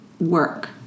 work